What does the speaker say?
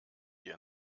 dir